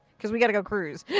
cause we gott go cruise!